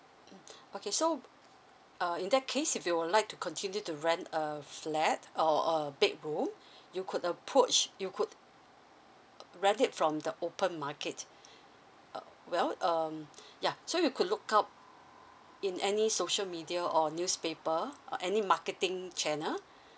mm okay so err in that case if you would like to continue to rent a flat or a big room you could approach you could rent it from the open market uh well um ya so you could look up in any social media or newspaper or any marketing channel